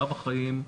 קו החיים,